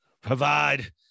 Provide